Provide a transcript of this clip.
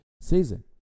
season